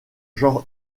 genre